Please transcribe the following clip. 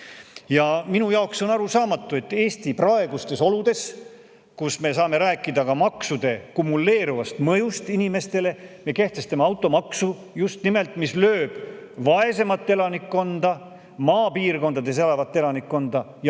Minu jaoks on arusaamatu, et Eesti praegustes oludes, kus me saame rääkida ka maksude kumuleeruvast mõjust inimestele, me kehtestame automaksu, mis lööb just nimelt vaesemat elanikkonda, maapiirkondades elavat elanikkonda ja